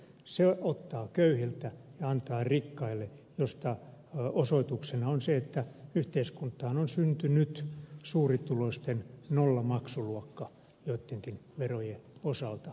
se ottaa köyhiltä ja antaa rikkaille mistä osoituksena on se että yhteiskuntaan on syntynyt suurituloisten nollamaksuluokka joittenkin verojen osalta